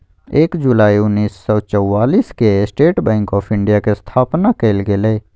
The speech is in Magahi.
एक जुलाई उन्नीस सौ चौआलिस के स्टेट बैंक आफ़ इंडिया के स्थापना कइल गेलय